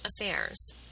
Affairs